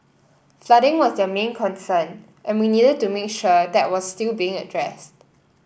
flooding was their main concern and we needed to make sure that was still being addressed